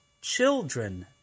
children